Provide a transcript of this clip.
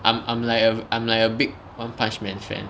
I'm I'm like a I'm like a big one punch man fan